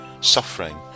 suffering